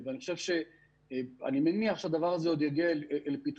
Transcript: ואני מניח שהדבר הזה עוד יגיע אל פתחך